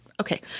okay